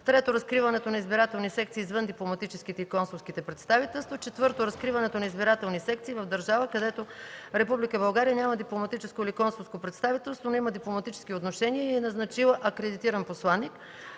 3. разкриването на избирателни секции извън дипломатическите и консулските представителства; 4. разкриването на избирателни секции в държава, където Република България няма дипломатическо или консулско представителство, но има дипломатически отношения и е назначила акредитиран посланик.